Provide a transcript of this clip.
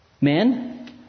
Men